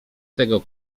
tego